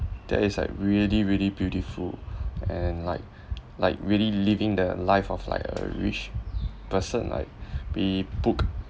there is like really really beautiful and like like really living the life of like a r~ rich person like we book